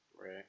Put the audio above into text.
Right